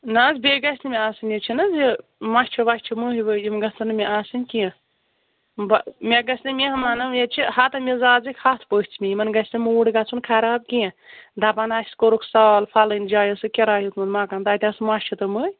نہ حظ بیٚیہِ گژھِ نہٕ مےٚ آسٕنۍ ییٚتہِ چھِنہٕ حظ یہِ مَچھِ وَچھِ مٔہۍ ؤہۍ یِم گژھن نہٕ مےٚ آسٕنۍ کیٚنٛہہ بہٕ مےٚ گژھِ نہٕ مہمان ییٚتہِ چھِ ہَتہٕ مِزازٕکۍ ہَتھ پٔژھ مےٚ یِمن گژھِ نہٕ موٗڈ گژھُن خراب کینٛہہ دَپَن آسہِ کوٚرُکھ سال فَلٲنۍ جٲے اوسُکھ کِراے ہیٚوتمُت مَکان تَتہِ آسہٕ مَچھِ تہٕ مٔہۍ